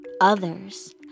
Others